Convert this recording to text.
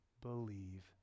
believe